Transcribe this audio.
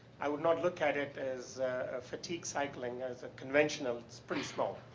i would not look at it as fatigue cycling as conventional, pretty small.